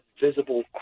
visible